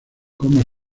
como